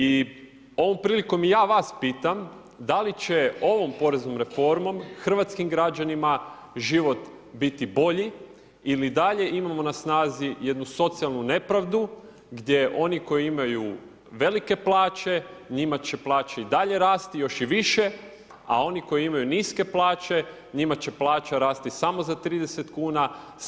I ovom prilikom i ja vas pitam da li će ovom poreznom reformom hrvatskim građanima život biti bolji ili i dalje imamo na snazi jednu socijalnu nepravdu gdje oni koji imaju velike plaće njima će plaće i dalje rasti, još i više a oni koji imaju niske plaće njima će plaća rasti samo za 30 kuna.